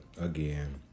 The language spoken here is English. again